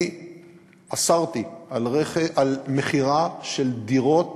אני אסרתי מכירה של דירות